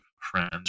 friends